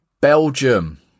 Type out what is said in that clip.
Belgium